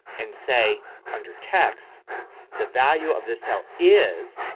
and say under text the value of this cell is,